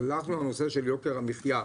הלכנו על הנושא של יוקר המחייה.